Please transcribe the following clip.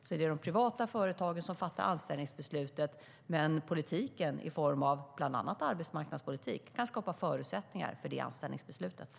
Det är de privata företagen som fattar anställningsbeslutet, men politiken i form av bland annat arbetsmarknadspolitik kan skapa förutsättningar för det anställningsbeslutet.